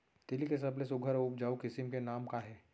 तिलि के सबले सुघ्घर अऊ उपजाऊ किसिम के नाम का हे?